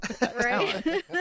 Right